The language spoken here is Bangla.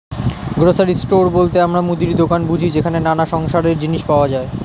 গ্রোসারি স্টোর বলতে আমরা মুদির দোকান বুঝি যেখানে নানা সংসারের জিনিস পাওয়া যায়